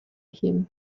him